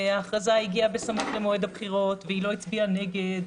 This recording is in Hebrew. ההכרזה הגיעה בסמוך למועד הבחירות והיא לא הצביעה נגד,